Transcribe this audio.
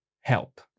help